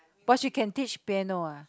but she can teach piano ah